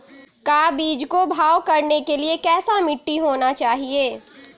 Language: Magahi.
का बीज को भाव करने के लिए कैसा मिट्टी होना चाहिए?